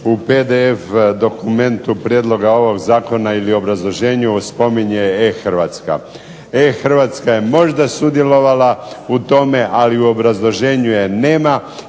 u PDF dokumentu prijedloga ovog zakona ili obrazloženju spominje e-Hrvatska. e-Hrvatska je možda sudjelovala u tome, ali u obrazloženju je nema